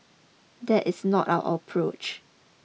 that is not our approach